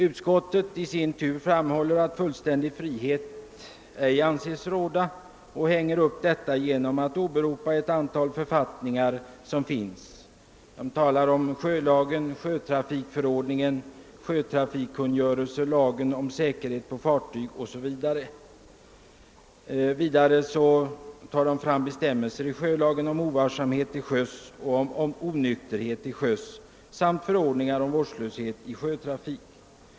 Utskottet framhåller dock att någon fullständig frihet inte kan sägas råda och hänger upp det påståendet på ett antal lagar och författningar, t.ex. sjölagen, sjötrafikförordningen, sjötrafikkungörelsen, lagen om säkerhet på fartyg etc. Likaså tar utskottet fram bestämmelser i sjölagen rörande ovarsamhet och onykterhet till sjöss samt förordningen beträffande vårdslöshet i sjötrafiken.